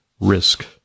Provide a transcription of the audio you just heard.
risk